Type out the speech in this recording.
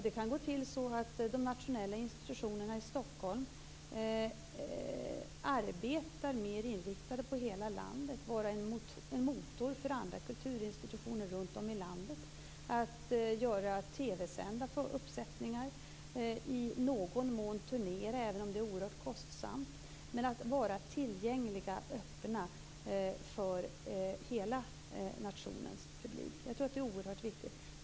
Det kan gå till så att de nationella institutionerna i Stockholm arbetar mer inriktat på hela landet och är en motor för andra kulturinstitutioner runt om i landet. Det kan vara fråga om att göra TV-sända uppsättningar och att i någon mån turnera, även om det är oerhört kostsamt. Det handlar om att de är tillgängliga och öppna för hela nationens publik. Jag tror att det är oerhört viktigt.